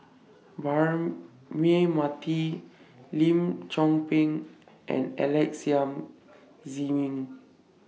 Braema Mathi Lim Chong Pang and Alex Yam Ziming